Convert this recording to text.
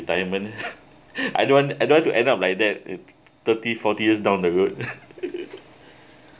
retirement I don't want I don't want to end up like that it thirty forty years down the road